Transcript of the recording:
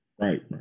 Right